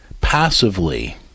passively